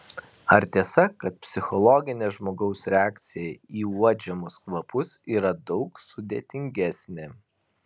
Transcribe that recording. ar tiesa kad psichologinė žmogaus reakcija į uodžiamus kvapus yra daug sudėtingesnė